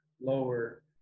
lower